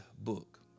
book